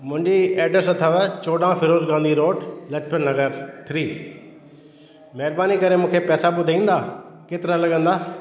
मुंहिंजी एड्रेस अथव चोॾहं फिरोज वाली रोड लाजपत नगर थ्री महिरबानी करे मूंखे पैसा ॿुधाईंदा केतिरा लॻंदा